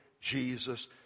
Jesus